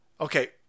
Okay